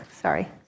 sorry